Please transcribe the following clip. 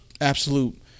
absolute